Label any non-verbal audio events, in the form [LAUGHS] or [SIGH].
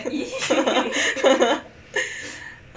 [LAUGHS]